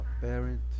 parent